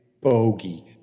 Bogey